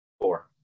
four